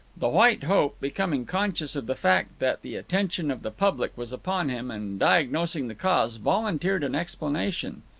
the white hope, becoming conscious of the fact that the attention of the public was upon him, and diagnosing the cause, volunteered an explanation.